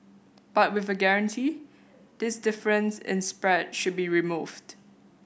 but with a guarantee this difference in spread should be removed